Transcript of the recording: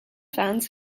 fans